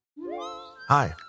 Hi